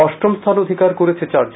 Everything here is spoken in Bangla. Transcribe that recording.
অষ্টম স্থান অধিকার করেছেন চার জন